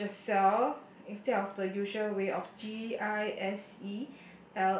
like Giselle instead of the usual way of G I S E